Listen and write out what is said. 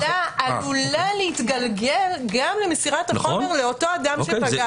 עלולה להתגלגל גם למסירת החומר לאותו אדם שפגע בה.